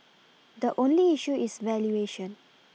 the only issue is valuation